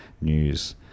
News